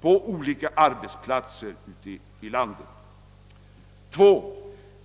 på olika arbetsplatser ute i landet. 2.